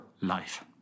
life